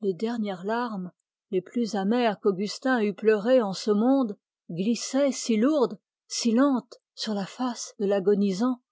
les dernières larmes les plus amères qu'augustin eût pleurées en ce monde glissaient si lourdes si lentes sur la face de l'agonisant